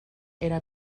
era